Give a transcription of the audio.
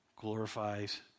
glorifies